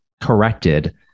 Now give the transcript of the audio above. corrected